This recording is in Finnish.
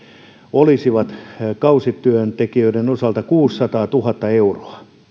olisivat kausityöntekijöiden osalta kuusisataatuhatta euroa